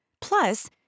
Plus